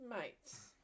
mates